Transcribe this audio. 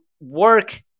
work